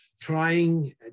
trying